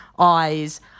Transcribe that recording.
eyes